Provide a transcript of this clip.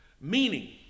meaning